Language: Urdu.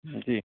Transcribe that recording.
جی